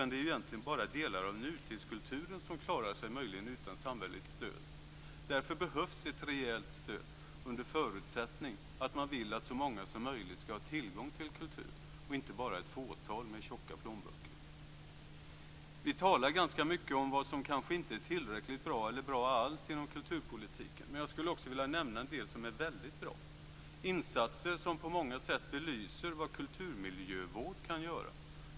Det är egentligen bara delar av nutidskulturen som möjligen klarar sig utan samhälleligt stöd. Därför behövs ett rejält stöd, under förutsättning att man vill att så många som möjligt och inte bara ett fåtal med tjocka plånböcker skall ha tillgång till kultur. Vi talar ganska mycket om vad som kanske inte är tillräckligt bra eller inte bra alls inom kulturpolitiken. Jag skulle också vilja nämna en del som är väldigt bra, insatser som på många sätt belyser vad kulturmiljövård kan göra.